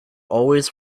always